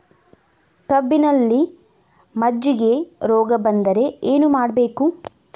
ಕಬ್ಬಿನಲ್ಲಿ ಮಜ್ಜಿಗೆ ರೋಗ ಬಂದರೆ ಏನು ಮಾಡಬೇಕು?